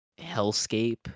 hellscape